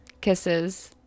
Kisses